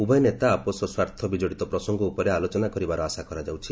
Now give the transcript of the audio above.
ଉଭୟ ନେତା ଆପୋଷ ସ୍ୱାର୍ଥ ବିଜଡ଼ିତ ପ୍ରସଙ୍ଗ ଉପରେ ଆଲୋଚନା କରିବାର ଆଶା କରାଯାଉଛି